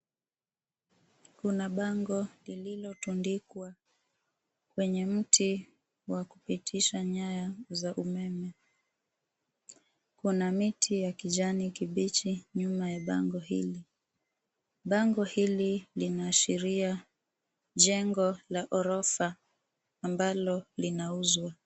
Kuna bango lililotundikwa kwenye mti wa kupitisha nyaya za umeme. Kuna miti ya kijani kibichi, nyuma ya bango hili. Bango hili linaashiria jengo la ghorofa ambalo linauzwa.